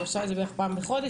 אני עושה את זה בערך פעם בחודש.